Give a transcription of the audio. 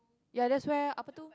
ya that's where apa tu